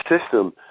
system